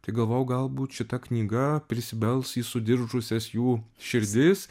tai galvojau galbūt šita knyga prisibels į sudiržusias jų širdis